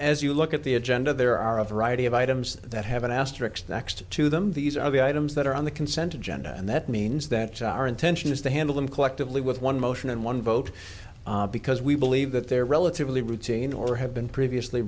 as you look at the agenda there are a variety of items that have been asterix next to them these are the items that are on the consent agenda and that means that our intention is to handle them collectively with one motion and one vote because we believe that they're relatively routine or have been previously